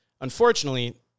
Unfortunately